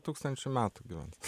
tūkstančių metų gyvens